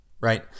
Right